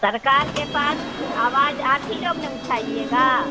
سرکار کے پاس آواز آپ ہی لوگ نہ اٹھائیے گا